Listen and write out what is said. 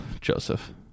Joseph